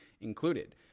included